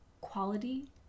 quality